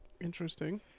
interesting